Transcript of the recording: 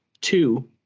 Two